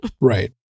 Right